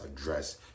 address